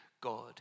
God